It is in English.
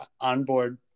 onboard